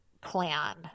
plan